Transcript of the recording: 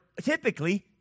typically